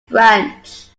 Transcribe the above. branch